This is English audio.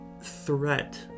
threat